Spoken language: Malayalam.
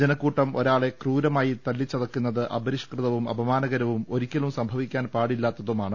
ജനക്കൂട്ടം ഒരാളെ ക്രൂരമായി തല്ലിച്ചതക്കുന്നത് അപരിഷ്കൃതവും അപമാനകരവും ഒരിക്കലും സംഭവിക്കാൻ പാടില്ലാത്തതുമാണ്